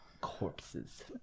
corpses